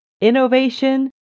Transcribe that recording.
innovation